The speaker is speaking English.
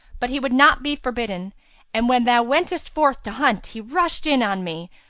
but he would not be forbidden and, when thou wentest forth to hunt, he rushed in on me,